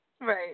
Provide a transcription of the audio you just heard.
Right